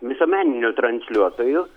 visuomeniniu transliuotoju